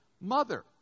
mother